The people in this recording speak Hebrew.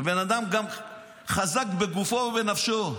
הבן אדם גם חזק בגופו ובנפשו.